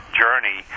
journey